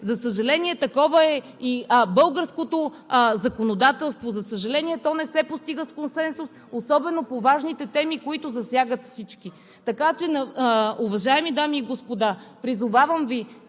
За съжаление, такова е и българското законодателство. За съжаление, то не се постига с консенсус, особено по важните теми, които засягат всички. Уважаеми дами и господа, призовавам Ви